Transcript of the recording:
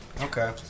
Okay